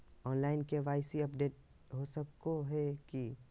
Online KYC update हो सको है की?